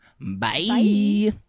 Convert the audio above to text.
Bye